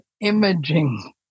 imaging